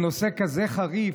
בנושא כזה חריף,